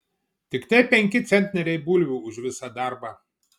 tiktai penki centneriai bulvių už visą darbą